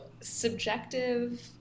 subjective